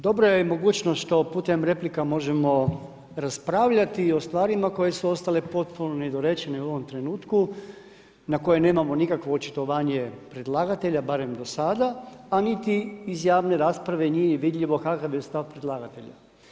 Dobra je mogućnost što putem replika možemo raspravljati i o stvarima koje su ostale potpuno nedorečene u ovom trenutku, na koje nemamo nikakvo očitovanje predlagatelja, barem do sada a niti iz javne rasprave nije vidljivo kakav je stav predlagatelja.